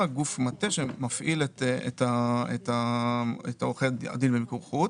גוף מטה שמפעיל את עורכי הדין במיקור חוץ,